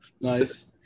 Nice